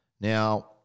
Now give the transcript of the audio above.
Now